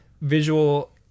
visual